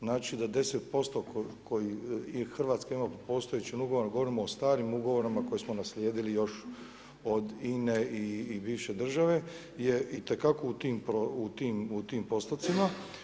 Znači da 10% koji Hrvatska ima postojećim ugovorom govorimo o starim ugovorima koje smo naslijedili još od Ine i bivše države je i te kako u tim postocima.